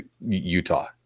Utah